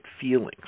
feelings